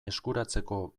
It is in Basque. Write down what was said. eskuratzeko